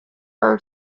are